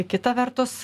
kita vertus